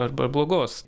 arba blogos